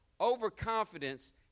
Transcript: Overconfidence